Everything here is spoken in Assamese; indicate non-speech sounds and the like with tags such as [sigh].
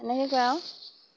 [unintelligible]